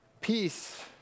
Peace